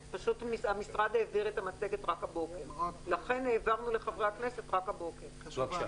המשרד העביר את המצגת רק הבוקר ולכן העברנו לחברי הכנסת רק הבוקר.